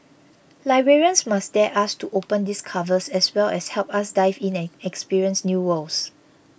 librarians must dare us to open these covers as well as help us dive in and experience new worlds